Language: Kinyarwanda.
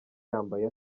yambaye